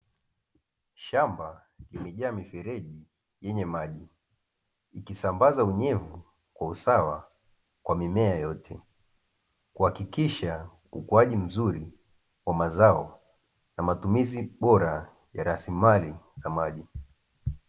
Shamba limejaa mifereji yenye maji, ikisambaza unyevu kwa usawa kwa mimea yote kuhakikisha ukuaji mzuri wa mazao na matumizi bora ya rasilimali za maji.